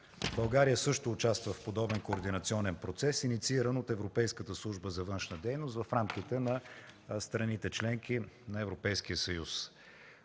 България също участва в подобен координационен процес, иницииран от Европейската служба за външна дейност, в рамките на страните – членки на Европейския съюз.